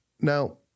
Now